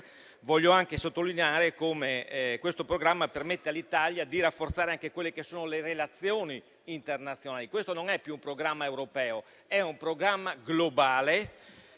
Voglio anche sottolineare come questo programma permetta all'Italia di rafforzare le relazioni internazionali. Questo non è più un programma europeo, ma è un programma globale,